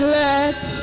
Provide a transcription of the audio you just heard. let